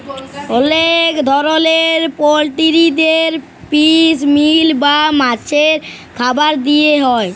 অলেক ধরলের পলটিরিদের ফিস মিল বা মাছের খাবার দিয়া হ্যয়